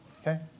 okay